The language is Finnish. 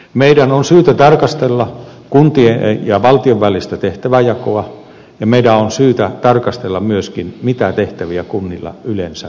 meidän on syytä tarkastella kuntien ja valtion välistä tehtävänjakoa ja meidän on syytä tarkastella myöskin sitä mitä tehtäviä kunnilla yleensä tulevaisuudessa on